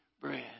bread